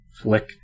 flick